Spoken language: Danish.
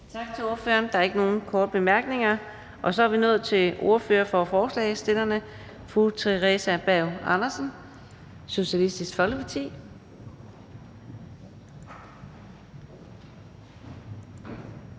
Tak til ordføreren. Der er ikke nogen korte bemærkninger. Så er vi nået til ordføreren for forslagsstillerne, fru Theresa Berg Andersen, Socialistisk Folkeparti.